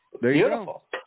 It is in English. Beautiful